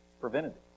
preventative